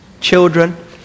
children